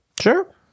Sure